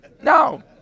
No